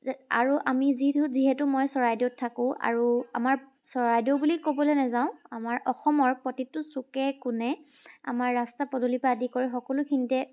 যে আৰু আমি যিটো যিহেতু মই চৰাইদেউত থাকোঁ আৰু আমাৰ চৰাইদেউ বুলি ক'বলৈ নেযাওঁ আমাৰ অসমৰ প্ৰতিটো চুকে কোণে আমাৰ ৰাস্তা পদূলিৰ পৰা আদি কৰি সকলোখিনিতে